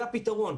זה הפתרון.